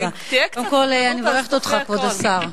קודם כול, אני מברכת אותך, כבוד השר.